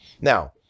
Now